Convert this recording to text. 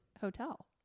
hotel